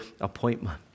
appointment